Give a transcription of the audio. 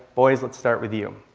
boys, let's start with you.